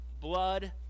blood